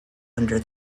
under